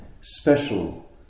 special